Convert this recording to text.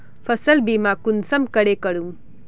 फसल बीमा कुंसम करे करूम?